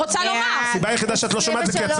זה לא